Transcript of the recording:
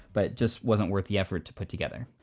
but it just wasn't worth the effort to put together.